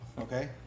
Okay